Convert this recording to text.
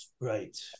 right